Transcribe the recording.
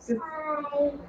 Hi